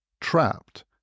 trapped